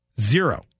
Zero